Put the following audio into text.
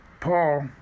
Paul